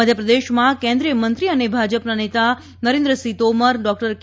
મધ્યપ્રદેશમાં કેન્દ્રિય મંત્રી અને ભાજપ નેતા નરેન્દ્ર સિંફ તોમર ડાક્ટર કે